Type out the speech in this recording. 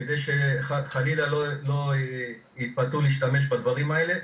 כדי שחלילה לא יתפתו להשתמש בדברים האלה.